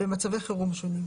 במצבי חירום שונים.